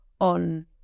on